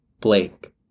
Blake